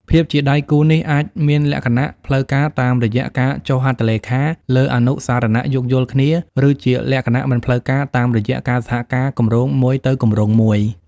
ភាពជាដៃគូនេះអាចមានលក្ខណៈផ្លូវការតាមរយៈការចុះហត្ថលេខាលើអនុស្សរណៈយោគយល់គ្នា ឬជាលក្ខណៈមិនផ្លូវការតាមរយៈការសហការគម្រោងមួយទៅគម្រោងមួយ។